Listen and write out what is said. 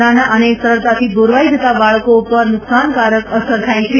નાના અને સરળતાથી દોરવાઇ જતાં બાળકો પર નુકસાનકારક અસર થાય છે